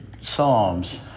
psalms